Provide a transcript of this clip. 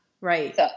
Right